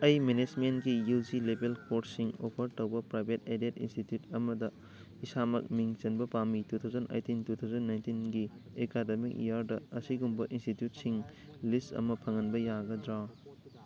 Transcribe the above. ꯑꯩ ꯃꯦꯅꯦꯁꯃꯦꯟꯒꯤ U G ꯂꯦꯕꯦꯜ ꯀꯣꯔꯁꯁꯤꯡ ꯑꯣꯐꯔ ꯇꯧꯕ ꯄ꯭ꯔꯥꯏꯕꯦꯠ ꯑꯦꯗꯦꯗ ꯏꯟꯁꯇꯤꯇ꯭ꯤꯌꯨꯠ ꯑꯃꯗ ꯏꯁꯥꯃꯛ ꯃꯤꯡ ꯆꯟꯕ ꯄꯥꯝꯃꯤ two thousand eighteen two thousand ꯅꯥꯏꯟꯇꯤꯟꯒꯤ ꯑꯦꯀꯥꯗꯃꯤꯛ ꯏꯌꯥꯔꯗ ꯑꯁꯤꯒꯨꯝꯕ ꯏꯟꯁꯇꯤꯇ꯭ꯤꯌꯨꯠꯁꯤꯡ ꯂꯤꯁ ꯑꯃ ꯐꯪꯍꯟꯕ ꯌꯥꯒꯗ꯭ꯔꯥ